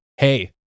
hey